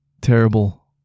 Terrible